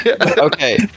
okay